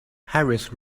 harris